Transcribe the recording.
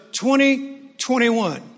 2021